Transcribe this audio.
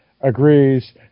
agrees